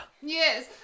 Yes